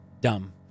dumb